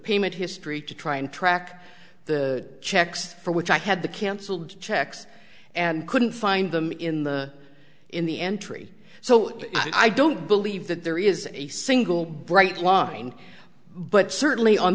payment history to try and track the checks for which i had the cancelled checks and couldn't find them in the in the entry so i don't believe that there is a single bright line but certainly on